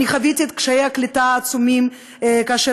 חוויתי את קשיי הקליטה העצומים כאשר